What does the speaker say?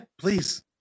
please